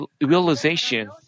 realization